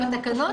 התקנות,